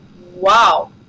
wow